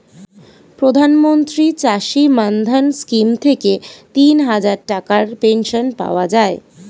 প্রধানমন্ত্রী চাষী মান্ধান স্কিম থেকে তিনহাজার টাকার পেনশন পাওয়া যায়